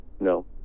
No